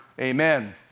Amen